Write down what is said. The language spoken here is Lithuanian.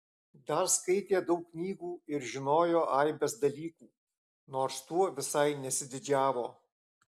dar skaitė daug knygų ir žinojo aibes dalykų nors tuo visai nesididžiavo